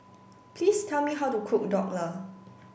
please tell me how to cook dhokla